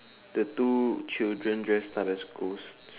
the two children dressed up at schools